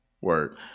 Word